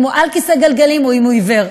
אם הוא על כיסא גלגלים או אם הוא עיוור.